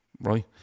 right